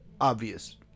obvious